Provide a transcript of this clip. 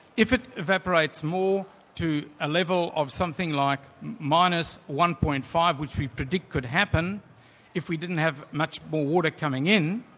if it evaporates more to a level of something like minus one. five, which we predict could happen if we didn't have much more water coming in,